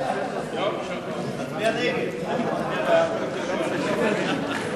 הצעת סיעות רע"ם-תע"ל בל"ד חד"ש להביע אי-אמון בממשלה לא נתקבלה.